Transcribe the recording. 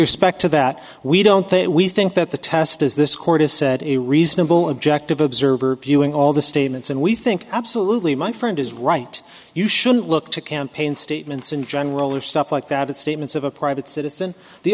respect to that we don't think we think that the test is this court has said a reasonable objective observer viewing all the statements and we think absolutely my friend is right you shouldn't look to campaign statements in general or stuff like that at statements of a private citizen the